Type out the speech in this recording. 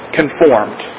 conformed